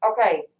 Okay